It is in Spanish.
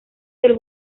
del